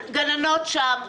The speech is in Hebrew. הגננות שם,